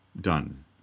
done